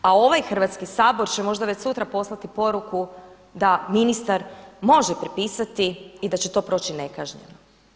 A ovaj Hrvatski sabor će možda već sutra poslati poruku da ministar može prepisati i da će to proći nekažnjeno.